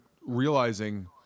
realizing